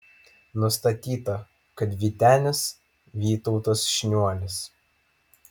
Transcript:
nustatyta kad vytenis vytautas šniuolis